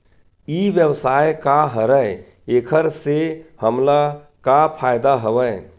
ई व्यवसाय का हरय एखर से हमला का फ़ायदा हवय?